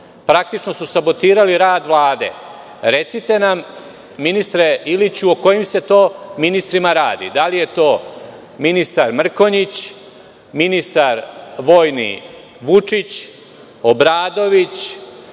Praktično su sabotirali rad Vlade. Recite mi gospodine ministre o kojim se to ministrima radi, da li je to ministar Mrkonjić, ministar vojni Vučić, Obradović